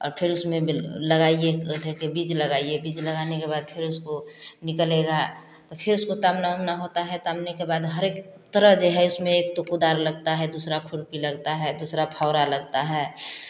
और फिर उसमें बिल लगाइए केहथे के बीज लगाइए बीज लगाने के बाद फिर उसको निकलेगा तो फिर उसको तामना उमना होता है तामने के बाद हर एक तरह जे है इसमें एक तो कुदार लगता है दूसरा खुरपी लगता है दूसरा फौरा लगता है